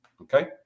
okay